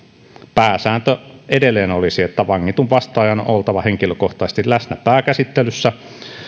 pääsääntö edelleen olisi että vangitun vastaajan on oltava henkilökohtaisesti läsnä pääkäsittelyssä